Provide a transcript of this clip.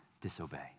disobey